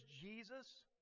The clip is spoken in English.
Jesus